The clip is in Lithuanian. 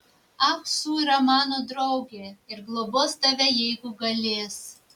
ah su yra mano draugė ir globos tave jeigu galės